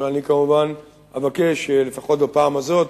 אבל כמובן אבקש, לפחות בפעם הזאת,